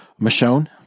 Michonne